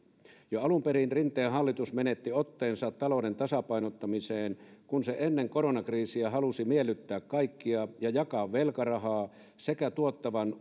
jo alun perin rinteen hallitus menetti otteensa talouden tasapainottamiseen kun se ennen koronakriisiä halusi miellyttää kaikkia ja jakaa velkarahaa sekä tuottavan